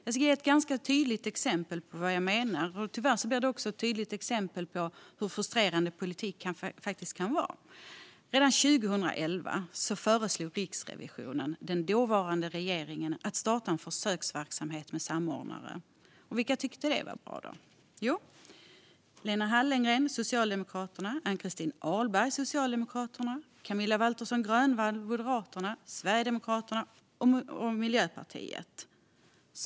Jag ska ge ett ganska tydligt exempel på vad jag menar. Tyvärr blir det också ett tydligt exempel på hur frustrerande politik faktiskt kan vara. Redan 2011 föreslog Riksrevisionen den dåvarande regeringen att starta en försöksverksamhet med samordnare. Vilka tyckte då att det var bra? Jo, det var Lena Hallengren från Socialdemokraterna, Ann-Christin Ahlberg från Socialdemokraterna, Camilla Waltersson Grönvall från Moderaterna, Sverigedemokraterna och Miljöpartiet.